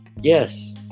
Yes